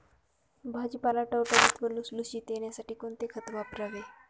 भाजीपाला टवटवीत व लुसलुशीत येण्यासाठी कोणते खत वापरावे?